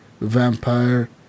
Vampire